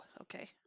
okay